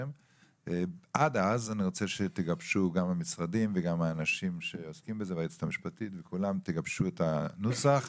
עד אז אני רוצה שהמשרדים והאנשים שעוסקים בזה יגבשו את הנוסח.